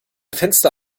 fenster